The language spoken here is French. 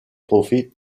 trophée